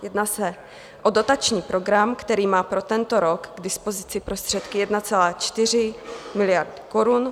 Jedná se o dotační program, který má pro tento rok k dispozici prostředky 1,4 miliard korun.